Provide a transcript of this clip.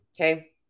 Okay